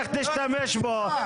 לך תשתמש בו,